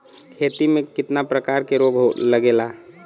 खेती में कितना प्रकार के रोग लगेला?